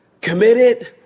committed